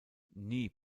nie